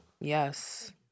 Yes